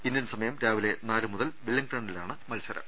Indian സമയം രാവിലെ നാലു മുതൽ വെല്ലിങ്ടണിലാണ് മത്സരം